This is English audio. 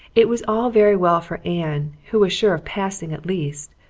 it was all very well for anne, who was sure of passing at least,